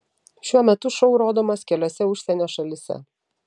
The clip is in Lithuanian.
šiuo metu šou rodomas keliose užsienio šalyse